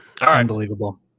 Unbelievable